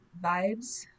vibes